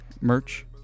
Merch